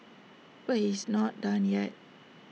but he is not done yet